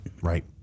Right